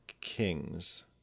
Kings